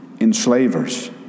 enslavers